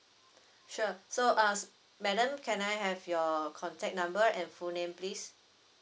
sure so uh madam can I have your contact number and full name please